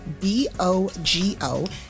b-o-g-o